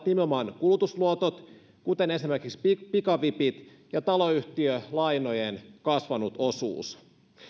nimenomaan kulutusluotot kuten esimerkiksi pikavipit ja taloyhtiölainojen kasvanut osuus